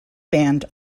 band